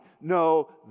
No